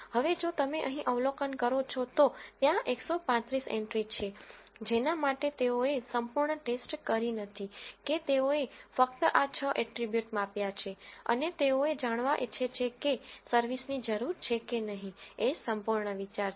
હવે જો તમે અહીં અવલોકન કરો છો તો ત્યાં 135 એન્ટ્રી છે જેના માટે તેઓએ સંપૂર્ણ ટેસ્ટ કરી નથી કે તેઓએ ફક્ત આ 6 એટ્રીબ્યુટ માપ્યા છે અને તેઓ એ જાણવા ઇચ્છે છે કે સર્વિસની જરૂર છે કે નહીં એ સંપૂર્ણ વિચાર છે